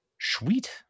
Sweet